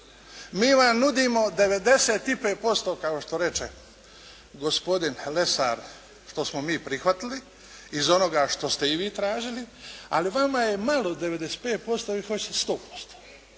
Mi vam nudimo 95% kao što reče gospodin Lesar, što smo mi prihvatili iz onoga što ste i vi tražili, ali vama je malo 95%, vi hoćete 100%.